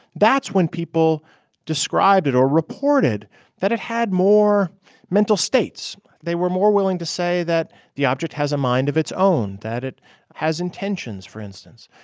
that's when people described it or reported that it had more mental states. they were more willing to say that the object has a mind of its own that it has intentions, for instance.